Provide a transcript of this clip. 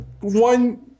one